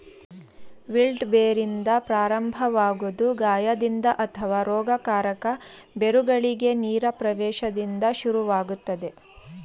wilt ಬೇರಿಂದ ಪ್ರಾರಂಭವಾಗೊದು ಗಾಯದಿಂದ ಅಥವಾ ರೋಗಕಾರಕ ಬೇರುಗಳಿಗೆ ನೇರ ಪ್ರವೇಶ್ದಿಂದ ಶುರುವಾಗ್ತದೆ